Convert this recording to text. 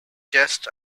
just